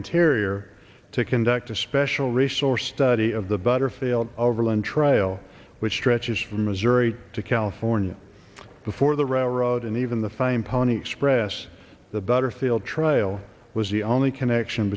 interior to conduct a special resource study of the butterfield overland trail which stretches from missouri to california before the railroad and even the famed pony express the butterfield trail was the only connection